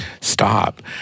stop